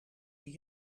die